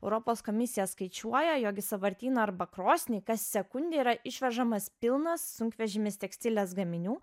europos komisija skaičiuoja jog į sąvartyną arba krosnį kas sekundę yra išvežamas pilnas sunkvežimis tekstilės gaminių